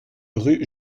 rue